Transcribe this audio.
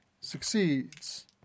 succeeds